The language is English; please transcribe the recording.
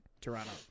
Toronto